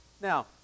Now